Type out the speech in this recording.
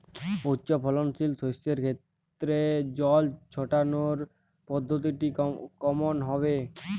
উচ্চফলনশীল শস্যের ক্ষেত্রে জল ছেটানোর পদ্ধতিটি কমন হবে?